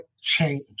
change